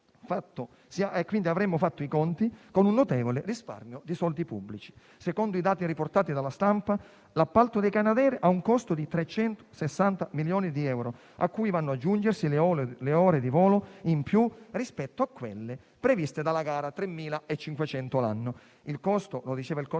quindi avremmo fatto i conti con un notevole risparmio di soldi pubblici. Secondo i dati riportati dalla stampa, l'appalto dei Canadair ha un costo di 360 milioni di euro, a cui vanno ad aggiungersi le ore di volo in più rispetto a quelle previste dalla gara (3.500 all'anno). Il costo di un'ora di volo